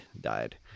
died